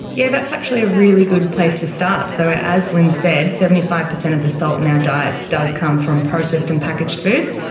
yeah that's actually a really good place to start. so as lynne said, seventy five percent of the salt in our diets does come from processed and packaged foods.